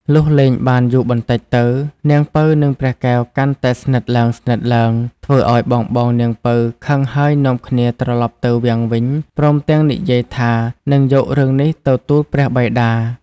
លុះលេងបានយូរបន្តិចទៅនាងពៅនិងព្រះកែវកាន់តែស្និទ្ទឡើងៗ ធ្វើឲ្យបងៗនាងពៅខឹងហើយនាំគ្នាត្រឡប់ទៅវាំងវិញ ព្រមទាំងនិយាយថានឹងយករឿងនេះទៅទូលព្រះបិតា។